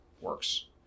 works